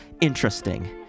interesting